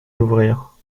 d’ouvrir